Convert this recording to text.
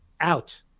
out